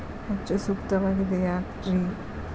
ಹೆಚ್ಚು ಸೂಕ್ತವಾಗಿದೆ ಯಾಕ್ರಿ?